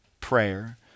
prayer